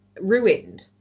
ruined